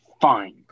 Fine